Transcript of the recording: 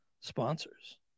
sponsors